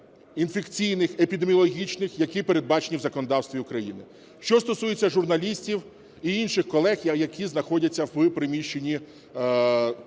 інфекційних, епідеміологічних, які передбачені в законодавстві України. Що стосується журналістів і інших колег, які знаходяться в приміщенні